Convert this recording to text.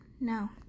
No